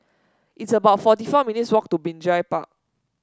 it's about forty four minutes' walk to Binjai Park